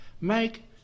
make